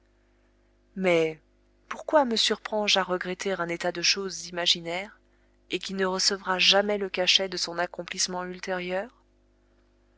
mais pourquoi me surprends je à regretter un état de choses imaginaire et qui ne recevra jamais le cachet de son accomplissement ultérieur